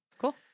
cool